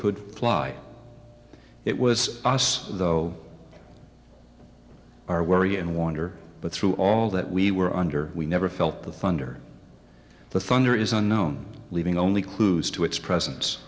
could fly it was us though our worry and wonder but through all that we were under we never felt the thunder the thunder is unknown leaving only clues to its presence